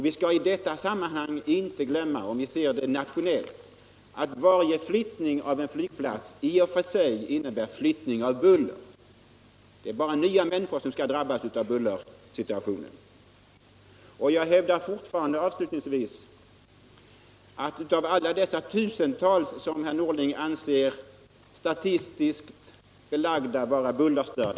Vi skall i detta sammanhang inte glömma, om vi ser det rationellt, att varje flyttning av en flygplats i och för sig innebär flyttning av buller. Det blir bara nya människor som drabbas av bullersituationen. Herr Norling anser det statistiskt belagt att tusentals människor är bullerstörda. Jag hävdar fortfarande att det finns andra uppfattningar.